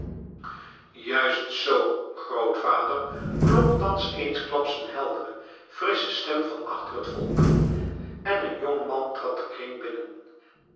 juist zoo grootvader klonk thans eensklaps eene heldere frissche stem van achter het volk en een jong man trad den kring binnen